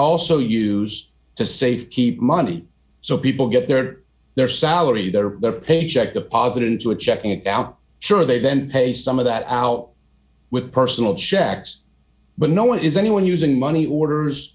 also use to save keep money so people get their their salary their their paycheck deposited into a checking account sure they then pay some of that out with personal checks but no one is anyone using money orders